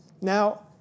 Now